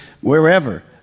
wherever